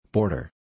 Border